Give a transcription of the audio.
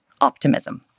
optimism